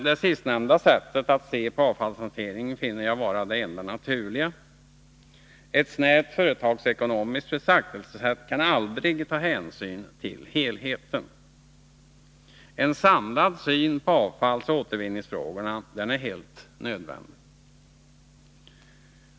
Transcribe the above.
Det sistnämnda sättet att se på avfallsfrågan finner jag vara det enda naturliga. Ett snävt företagsekonomiskt betraktelsesätt kan aldrig ta hänsyn till helheten. En samlad syn på avfallsoch återvinningsfrågorna är helt nödvändig.